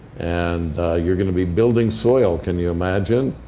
and you're going to be building soil. can you imagine?